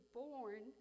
born